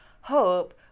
hope